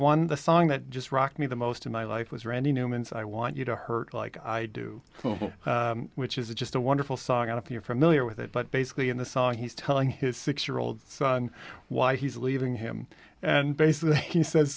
one the song that just rocked me the most in my life was randy newman's i want you to hurt like i do which is a just a wonderful song if you're familiar with it but basically in the song he's telling his six year old son why he's leaving him and basically